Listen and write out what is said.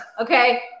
Okay